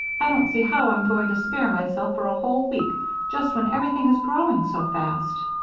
i don't see how i'm going to spare myself for a whole week just when everything is growing so fast.